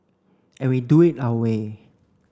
and we do it our way